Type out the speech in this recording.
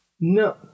no